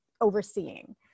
overseeing